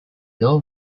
law